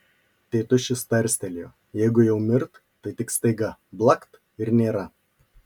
tėtušis tarstelėjo jeigu jau mirt tai tik staiga blakt ir nėra